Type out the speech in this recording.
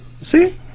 see